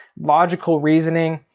logical reasoning.